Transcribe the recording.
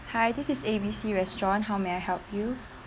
hi this is A B C restaurant how may I help you